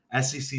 SEC